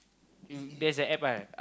there's a App ah